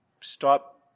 stop